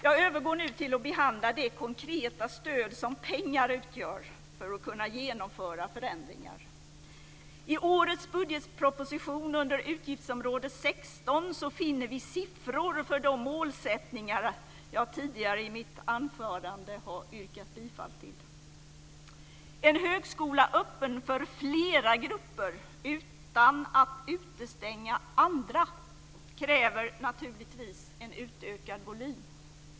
Jag övergår nu till att behandla det konkreta stöd som pengar utgör för att kunna genomföra förändringar. I årets budgetproposition under utgiftsområde 16 finner vi siffror för de mål jag tidigare i mitt anförande har yrkat bifall till. En högskola för flera grupper utan att utestänga andra kräver naturligtvis en utökad volym.